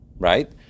Right